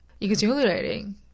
exhilarating